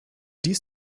dies